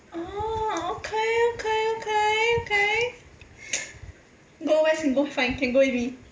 oh okay okay okay okay go west can go find can go with me